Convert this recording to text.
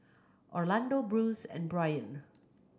Orlando Bruce and Bryon